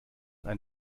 ein